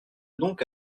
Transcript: donc